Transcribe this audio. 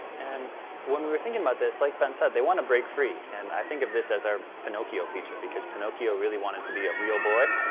and when we were thinking about this, like ben said, they want to break free. and i think of this as our pinocchio feature because pinocchio really wanted to be a real boy,